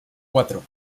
cuatro